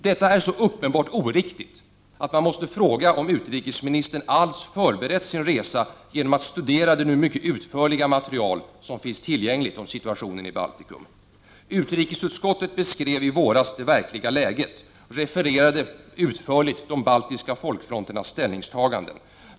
Detta är så uppenbart oriktigt att man måste fråga sig om utrikesministern över huvud taget har förberett sin resa genom att studera det nu mycket utförliga material som finns tillgängligt om situationen i Baltikum. Utrikesutskottet beskrev i våras det verkliga läget och refererade utförligt de baltiska folkfronternas ställningstaganden.